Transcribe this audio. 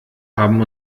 haben